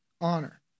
honor